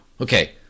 Okay